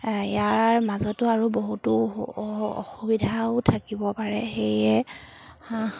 ইয়াৰ মাজতো আৰু বহুতো অসুবিধাও থাকিব পাৰে সেয়ে হাঁহ